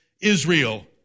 Israel